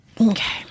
Okay